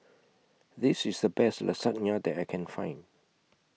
This IS The Best Lasagne that I Can Find